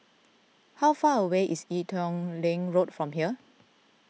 how far away is Ee Teow Leng Road from here